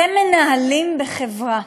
אתם מנהלים בחברה.